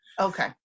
Okay